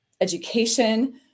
education